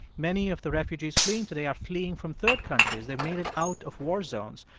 many of the refugees fleeing today are fleeing from third countries that made it out of war zones.